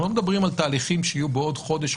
אנחנו לא מדברים על תהליכים שיהיו בעוד חודש,